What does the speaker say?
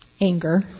anger